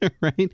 right